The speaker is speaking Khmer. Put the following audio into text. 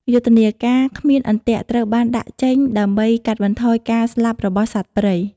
យុទ្ធនាការ "គ្មានអន្ទាក់" ត្រូវបានដាក់ចេញដើម្បីកាត់បន្ថយការស្លាប់របស់សត្វព្រៃ។